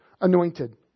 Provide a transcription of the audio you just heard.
anointed